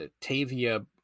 Tavia